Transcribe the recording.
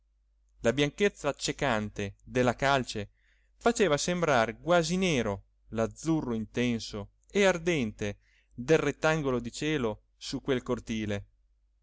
la bianchezza accecante della calce faceva sembrar quasi nero l'azzurro intenso e ardente del rettangolo di cielo su quel cortile